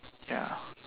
ya